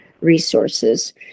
resources